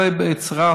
גם בנצרת